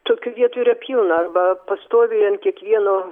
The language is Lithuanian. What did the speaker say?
tokių vietų yra pilna arba pastoviai ant kiekvieno